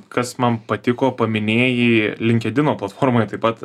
kas man patiko paminėjai linkedino platformoje taip pat